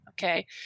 okay